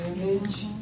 image